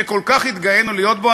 שכל כך התגאינו להיות בו.